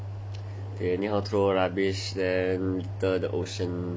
they anyhow throw rubbish then litter the ocean